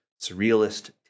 surrealist